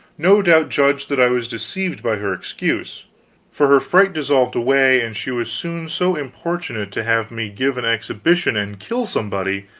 no doubt judged that i was deceived by her excuse for her fright dissolved away, and she was soon so importunate to have me give an exhibition and kill somebody,